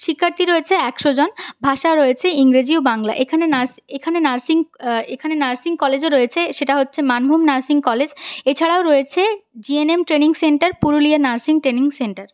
শিক্ষার্থী রয়েছে একশো জন ভাষা রয়েছে ইংরেজি ও বাংলা এখানে নার্সিং এখানে নার্সিং এখানে নার্সিং কলেজও রয়েছে সেটা হচ্ছে মানভূম নার্সিং কলেজ এছাড়াও রয়েছে GNM training centre Purulia nursing training centre